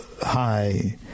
high